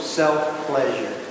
self-pleasure